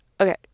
Okay